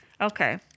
Okay